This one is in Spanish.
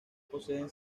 poseen